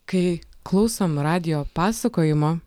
kai klausom radijo pasakojimo